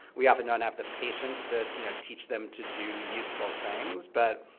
we often don't have the patience to you know teach them to do useful things. but